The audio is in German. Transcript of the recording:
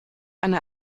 eine